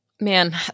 Man